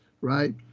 right